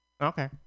Okay